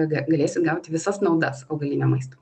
ga galėsit gauti visas naudas augalinio maisto